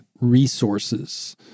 resources